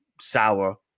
sour